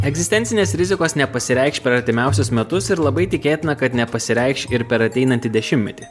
egzistencinės rizikos nepasireikš per artimiausius metus ir labai tikėtina kad nepasireikš ir per ateinantį dešimtmetį